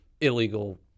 illegal